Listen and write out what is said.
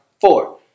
Four